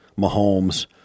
Mahomes